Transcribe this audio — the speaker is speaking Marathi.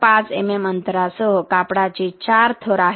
5 mm अंतरासह कापडाचे चार थर आहेत